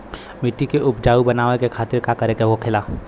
मिट्टी की उपजाऊ बनाने के खातिर का करके होखेला?